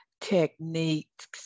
techniques